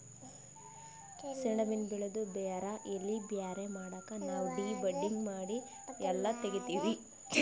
ಸೆಣಬಿನ್ ಬೆಳಿದು ಬೇರ್ ಎಲಿ ಬ್ಯಾರೆ ಮಾಡಕ್ ನಾವ್ ಡಿ ಬಡ್ಡಿಂಗ್ ಮಾಡಿ ಎಲ್ಲಾ ತೆಗಿತ್ತೀವಿ